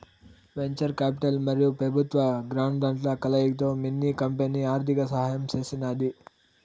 venture capital మరియు పెబుత్వ గ్రాంట్ల కలయికతో మిన్ని కంపెనీ ఆర్థిక సహాయం చేసినాది